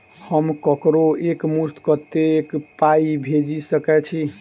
हम ककरो एक मुस्त कत्तेक पाई भेजि सकय छी?